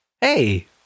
hey